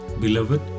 Beloved